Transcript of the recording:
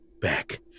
back